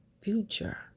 future